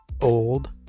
old